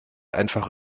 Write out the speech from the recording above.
einfach